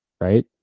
right